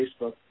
Facebook